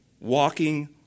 walking